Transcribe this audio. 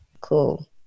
Cool